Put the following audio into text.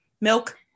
milk